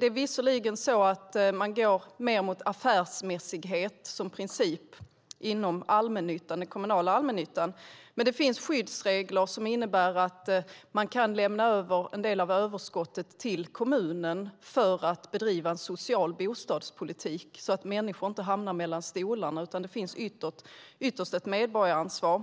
Man går visserligen mer mot affärsmässighet som princip inom den kommunala allmännyttan, men det finns skyddsregler som innebär att man kan lämna över en del av överskottet till kommunen för att bedriva social bostadspolitik så att människor inte hamnar mellan stolarna utan att det ytterst finns ett medborgaransvar.